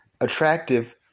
attractive